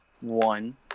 one